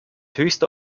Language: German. höchste